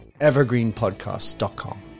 evergreenpodcast.com